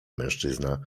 mężczyzna